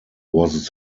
was